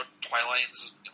Twilight's